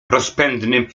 rozpędnym